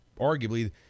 arguably